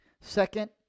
second